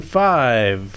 five